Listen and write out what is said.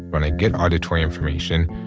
when i get auditory information,